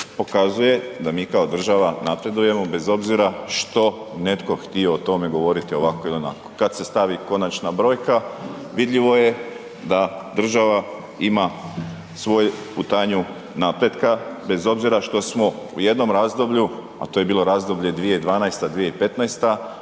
pokazuje da mi kao država napredujemo bez obzira što netko htio o tome govoriti ovako ili onako. Kad se stavi konačna brojka vidljivo je da država ima svoju putanju napretka bez obzira što smo u jednom razdoblju a to je bilo razdoblje 2012./2015.